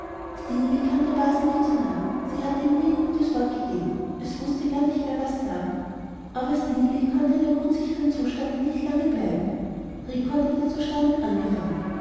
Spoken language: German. der base nie zu nah sie hatte ihm nie ein gutes wort gegeben es wußte gar nicht mehr was sagen aber stineli konnte in einem so unsicheren zustande nicht lange bleiben rico hatte wieder zu staunen angefangen